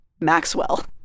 Maxwell